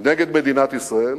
נגד מדינת ישראל,